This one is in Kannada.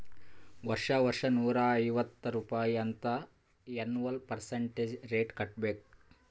ವರ್ಷಾ ವರ್ಷಾ ನೂರಾ ಐವತ್ತ್ ರುಪಾಯಿ ಅಂತ್ ಎನ್ವಲ್ ಪರ್ಸಂಟೇಜ್ ರೇಟ್ ಕಟ್ಟಬೇಕ್